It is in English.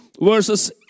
verses